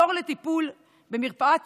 התור לטיפול במרפאת